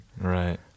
Right